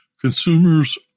consumers